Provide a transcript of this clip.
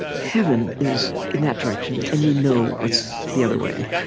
heaven is in that direction, and you know what's the other way.